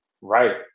right